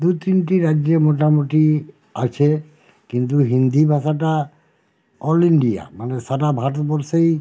দু তিনটি রাজ্যে মোটামোটি আছে কিন্তু হিন্দি ভাষাটা অল ইন্ডিয়া মানে সারা ভারতবর্ষেই